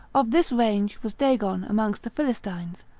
of this range was dagon amongst the philistines,